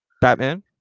Batman